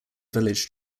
village